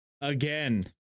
again